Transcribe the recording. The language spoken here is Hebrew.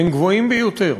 הם גבוהים ביותר.